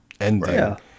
ending